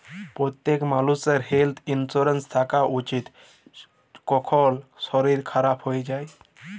প্যত্তেক মালুষের health insurance থ্যাকা উচিত, কখল শরীর খারাপ হয়ে যায়